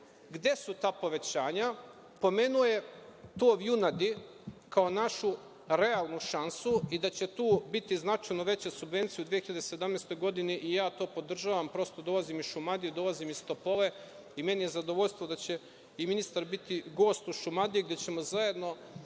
gde su ta povećanja. Pomenuo je tov junadi kao našu realnu šansu i da će tu biti značajno veće subvencije u 2017. godini i to podržava. Prosto, dolazim iz Šumadije, dolazim iz Topole i meni je zadovoljstvo da će i ministar biti gost u Šumadiji gde ćemo zajedno